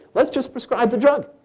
let's just prescribe the drug.